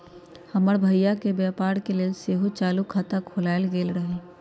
हमर भइया के व्यापार के लेल सेहो चालू खता खोलायल गेल रहइ